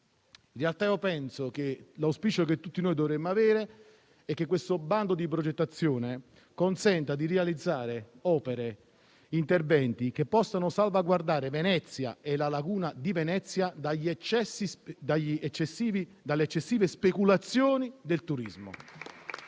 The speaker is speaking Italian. In realtà, l'auspicio che tutti noi dovremmo avere è che questo bando di progettazione consenta di realizzare opere e interventi che possano salvaguardare Venezia e la laguna di Venezia dalle eccessive speculazioni del turismo…